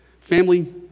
Family